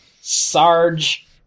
Sarge